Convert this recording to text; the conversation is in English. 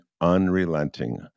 unrelenting